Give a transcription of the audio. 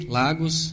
lagos